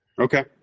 Okay